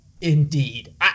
indeed